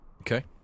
Okay